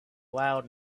loud